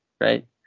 right